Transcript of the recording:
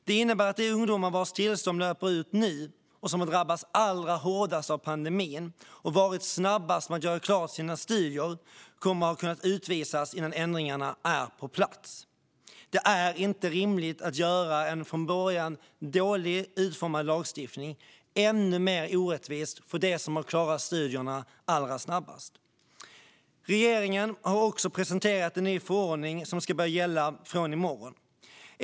Det innebär att de ungdomar vars tillstånd löper ut nu, som drabbats allra hårdast av pandemin och som varit snabbast med att göra klart sina studier kommer att kunna ha utvisats innan ändringarna är på plats. Det är inte rimligt att göra en från början dåligt utformad lagstiftning ännu mer orättvis för dem som har klarat studierna allra snabbast. Regeringen har också presenterat en ny förordning som ska börja gälla från i morgon.